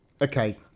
Okay